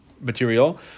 material